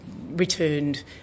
returned